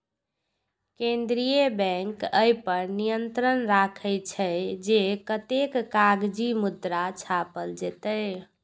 केंद्रीय बैंक अय पर नियंत्रण राखै छै, जे कतेक कागजी मुद्रा छापल जेतै